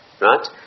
right